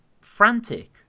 Frantic